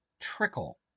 trickle